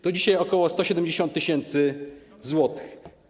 To dzisiaj ok. 170 tys. zł.